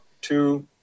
two